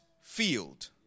field